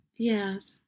yes